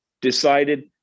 decided